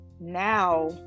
Now